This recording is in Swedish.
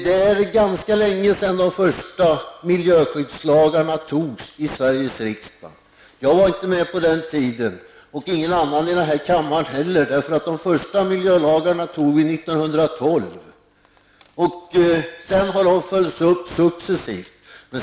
Det är ganska länge sedan de första miljöskyddslagarna antogs i Sveriges riksdag. Jag var inte med på den tiden, och ingen annan här i kammaren heller. De första miljölagarna antogs år 1912 och har succesivt följts upp.